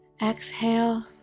Exhale